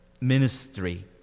ministry